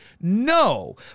No